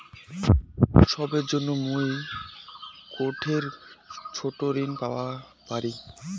উৎসবের জন্য মুই কোনঠে ছোট ঋণ পাওয়া পারি?